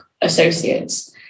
associates